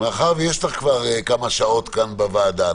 מאחר שיש לך כמה שעות כאן בוועדה,